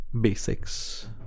basics